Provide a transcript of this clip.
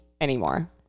anymore